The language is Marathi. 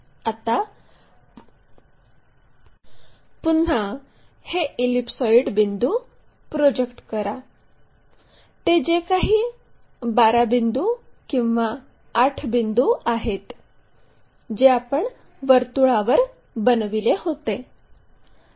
आता पुन्हा हे इलिप्सोईड बिंदू प्रोजेक्ट करा ते जे काही 12 बिंदू किंवा 8 बिंदू आहेत जे आपण वर्तुळावर बनविले होते